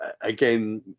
again